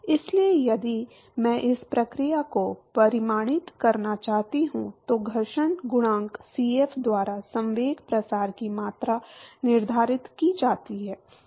इसलिए यदि मैं इस प्रक्रिया को परिमाणित करना चाहता हूं तो घर्षण गुणांक Cf द्वारा संवेग प्रसार की मात्रा निर्धारित की जाती है